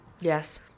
Yes